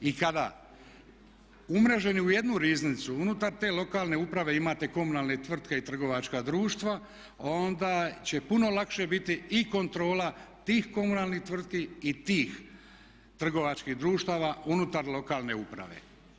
I kada umreženi u jednu riznicu, unutar te lokalne uprave imate komunalne tvrtke i komunalna društva onda će puno lakše biti i kontrola tih komunalnih tvrtki i tih trgovačkih društava unutar lokalne uprave.